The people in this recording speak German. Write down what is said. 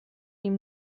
ihm